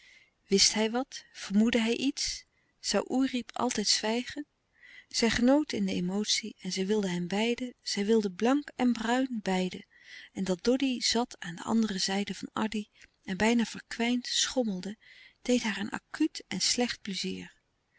wist hij wat vermoedde hij iets zoû oerip altijd zwijgen zij genoot in de emotie en zij wilde hen beiden zij wilde blank en bruin beide en dat doddy zat aan de andere zijde van addy en bijna verkwijnd schommelde deed haar een acuut en slecht pleizier